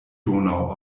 donau